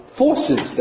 forces